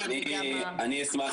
המחשוב